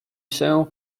się